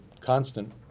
constant